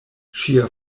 ŝia